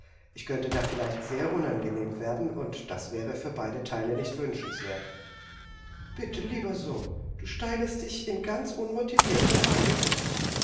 ich könnte da vielleicht sehr unangenehm werden und das wäre für beide teile nicht wünschenswert bitte lieber sohn du steigerst dich in ganz unmotivierter weise